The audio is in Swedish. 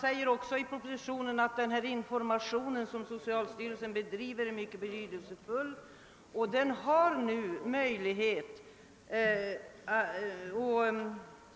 I propositionen sägs också att den information som socialstyrelsen bedriver är mycket betydelsefull.